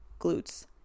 glutes